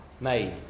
made